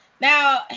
Now